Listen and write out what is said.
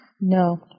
No